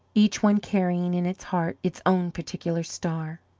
each one carrying in its heart its own particular star.